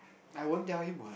I won't tell him [what]